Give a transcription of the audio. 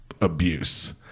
abuse